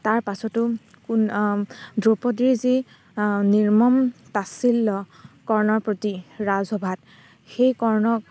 তাৰ পাছতো কোন দ্ৰোপদীৰ যি নিৰ্মম তাচ্ছিল্য কৰ্ণৰ প্ৰতি ৰাজসভাত সেই কৰ্ণক